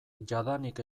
jadanik